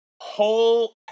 Whole